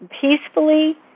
peacefully